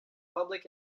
public